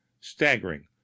staggering